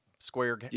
Square